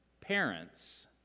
parents